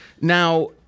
Now